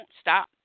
stop